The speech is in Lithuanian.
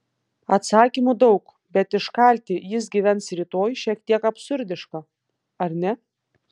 atsakymų daug bet iškalti jis gyvens rytoj šiek tiek absurdiška ar ne